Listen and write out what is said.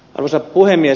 arvoisa puhemies